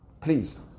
please